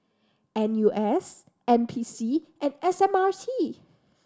N U S N P C and S M R T